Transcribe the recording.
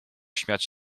śmiać